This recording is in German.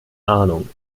ahnung